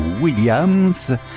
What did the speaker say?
Williams